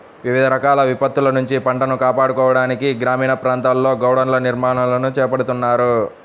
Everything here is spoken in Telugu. వివిధ రకాల విపత్తుల నుంచి పంటను కాపాడుకోవడానికి గ్రామీణ ప్రాంతాల్లో గోడౌన్ల నిర్మాణాలను చేపడుతున్నారు